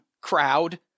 crowd